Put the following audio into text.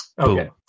Okay